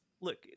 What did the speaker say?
look